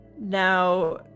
Now